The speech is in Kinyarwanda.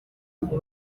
ngo